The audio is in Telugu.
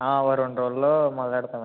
ఓక రెండు రోజుల్లో మొదలెడతామండి